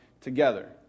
together